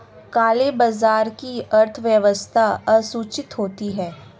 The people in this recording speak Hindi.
काले बाजार की अर्थव्यवस्था असूचित होती है